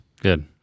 good